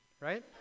right